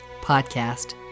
podcast